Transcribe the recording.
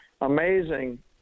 amazing